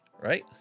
Right